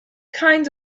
kind